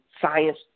science